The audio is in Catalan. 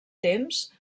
temps